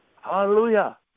Hallelujah